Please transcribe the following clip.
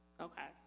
okay